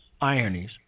Ironies